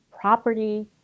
property